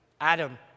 Adam